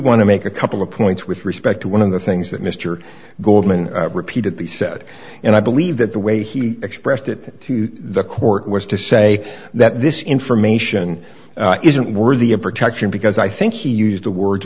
want to make a couple of points with respect to one of the things that mr goldman repeatedly said and i believe that the way he expressed it to the court was to say that this information isn't worthy of protection because i think he used the word